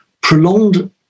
prolonged